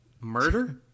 Murder